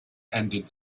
ended